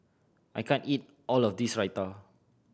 I can't eat all of this Raita